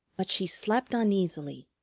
but she slept uneasily.